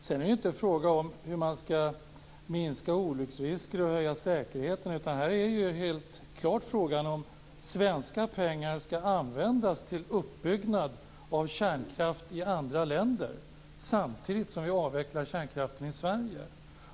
Det är inte fråga om hur man ska minska olycksrisker och höja säkerheten, utan här är det helt klart fråga om svenska pengar som ska användas till uppbyggnad av kärnkraft i andra länder; detta samtidigt som vi avvecklar kärnkraften i Sverige.